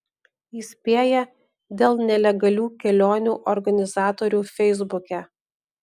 įspėja dėl nelegalių kelionių organizatorių feisbuke